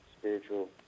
spiritual